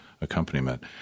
accompaniment